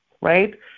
right